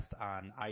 on